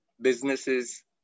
businesses